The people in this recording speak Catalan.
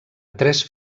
tres